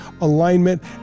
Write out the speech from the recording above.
alignment